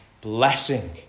blessing